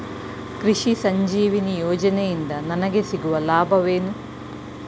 ಕೃಷಿ ಸಂಜೀವಿನಿ ಯೋಜನೆಯಿಂದ ನನಗೆ ಸಿಗುವ ಲಾಭವೇನು?